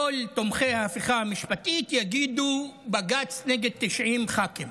כל תומכי ההפיכה המשפטית יגידו: בג"ץ נגד 90 ח"כים.